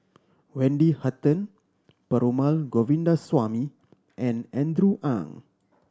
Wendy Hutton Perumal Govindaswamy and Andrew Ang